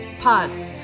Pause